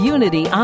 Unity